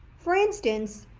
for instance,